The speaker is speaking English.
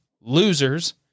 losers